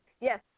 Yes